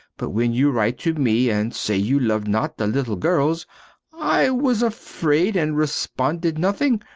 but when you write to me and say you love not the little girls i was afraid and responded nothing.